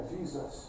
Jesus